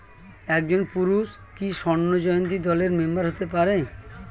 একজন পুরুষ কি স্বর্ণ জয়ন্তী দলের মেম্বার হতে পারে?